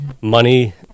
money